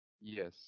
Yes